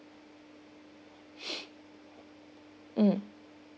mm